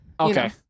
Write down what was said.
Okay